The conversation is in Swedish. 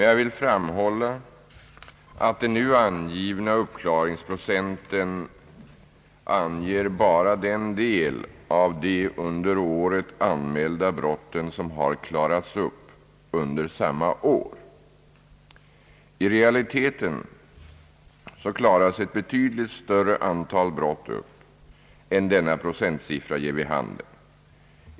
Jag vill dock framhålla att den nu angivna uppklaringsprocenten anger endast den del av de under året anmälda brotten som har klarats upp under samma år. I realiteten klaras ett betydligt större antal brott upp än denna procentsiffra ger vid handen.